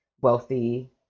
wealthy